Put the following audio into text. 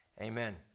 Amen